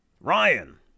Ryan